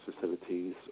facilities